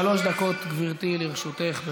שלוש דקות, גברתי, לרשותך.